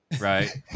right